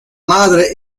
madre